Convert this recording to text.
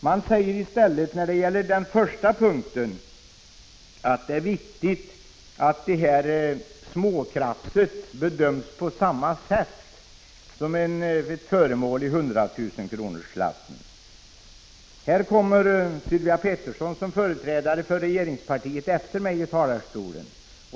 Man säger i stället när det gäller den första punkten att det är viktigt att småkrafset bedöms på samma sätt som ett föremål i hundratusenkronorsklassen. Sylvia Pettersson som företrädare för regeringspartiet kommer efter mig upp talarstolen.